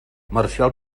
marcial